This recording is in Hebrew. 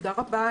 תודה רבה.